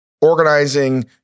organizing